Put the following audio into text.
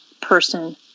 person